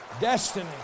Destiny